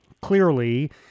clearly